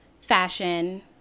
fashion